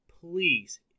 please